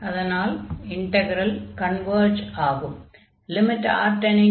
அதனால் integral converge ஆகும்